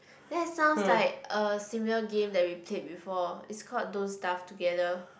that sounds like a similar game that we played before is called don't starve together